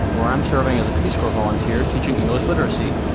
where i'm serving as a peace corps volunteer teaching english literacy.